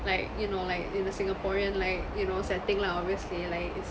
like you know like in a singaporean like you know setting lah obviously like